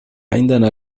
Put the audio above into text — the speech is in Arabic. عندنا